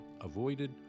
avoided